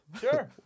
sure